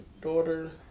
daughter